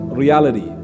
reality